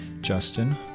Justin